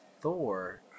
Thor